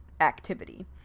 activity